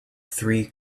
three